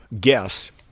guess